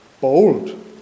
bold